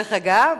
דרך אגב,